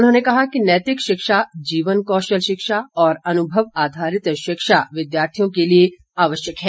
उन्होंने कहा कि नैतिक शिक्षा जीवन कौशल शिक्षा और अनुभव आधारित शिक्षा विद्यार्थियों के लिए आवश्यक है